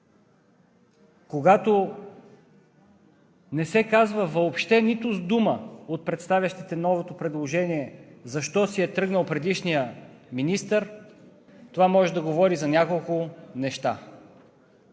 въобще не се казва нито дума от представящите новото предложение защо си е тръгнал предишният министър, това може да говори за няколко неща: